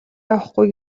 явахгүй